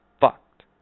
fucked